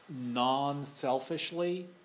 non-selfishly